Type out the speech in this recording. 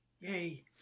Yay